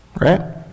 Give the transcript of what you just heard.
Right